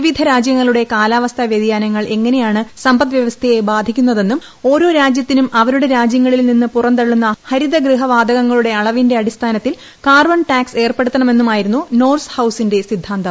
വിവിധ രാജ്യങ്ങളുടെ കാലാവസ്ഥാ വ്യതിയനാങ്ങൾ എങ്ങനെയാണ് സമ്പദ് വ്യവസ്ഥയെ ബാധിക്കുന്നതെന്നും ഓരോ രാജ്യത്തിനും അവരുടെ രാജ്യങ്ങളിൽ നിന്ന് പുറന്തള്ളുന്ന ഹരിത ഗൃഹവാതകങ്ങളുടെ അളവിന്റെ അടിസ്ഥാനത്തിൽ കാർബൺ ടാക്സ് ഏർപ്പെടുത്തണമെന്നുമായിരുന്നു നോർസ് ഹൌസിന്റെ സിദ്ധാന്തം